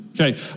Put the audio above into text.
Okay